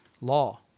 law